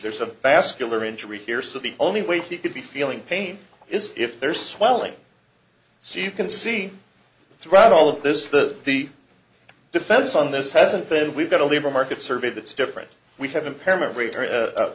there's a bascule or injury here so the only way he could be feeling pain is if there's swelling so you can see throughout all of this the the defense on this hasn't been we've got a labor market survey that's different we have